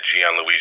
Gianluigi